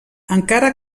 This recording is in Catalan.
encara